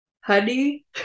Honey